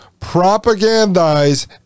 propagandize